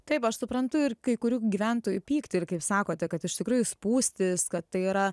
taip aš suprantu ir kai kurių gyventojų pyktį ir kaip sakote kad iš tikrųjų spūstys kad tai yra